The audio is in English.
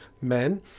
men